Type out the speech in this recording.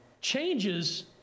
changes